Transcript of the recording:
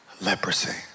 leprosy